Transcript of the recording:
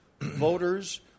voters